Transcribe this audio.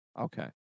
Okay